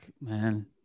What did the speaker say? man